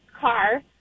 car